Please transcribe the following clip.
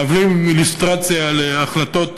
מהוות אדמיניסטרציה להחלטות